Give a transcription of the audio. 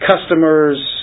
customer's